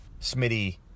Smitty